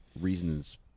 reasons